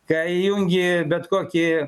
kai įjungi bet kokį